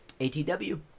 ATW